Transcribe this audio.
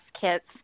kits